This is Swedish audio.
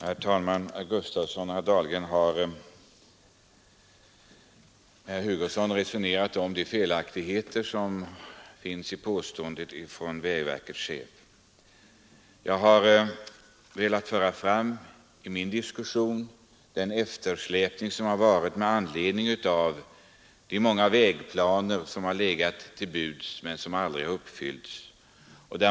Herr talman! Herr Gustafson i Göteborg och herr Dahlgren har med herr Hugosson resonerat om de felaktigheter som finns i påståendet vad gäller vägverkets chef. Jag har i mitt inlägg velat peka på den eftersläpning som skett med anledning av de många vägplaner som förelegat men som aldrig har uppfyllts.